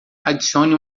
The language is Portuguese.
adicione